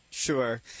Sure